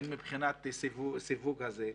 הן מבחינת הסיווג הזה.